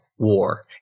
War